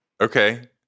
Okay